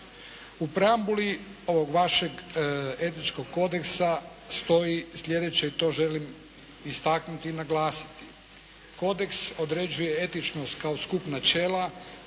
U preambuli ovog vašeg Etičkog kodeksa stoji slijedeće i to želim istaknuti i naglasiti. Kodeks određuje etičnost kao skup načela,